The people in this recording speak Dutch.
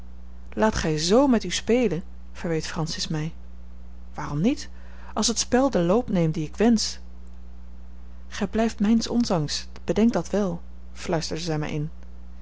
laat gij zoo met u spelen verweet francis mij waarom niet als het spel den loop neemt dien ik wensch gij blijft mijns ondanks bedenk dat wel fluisterde zij mij in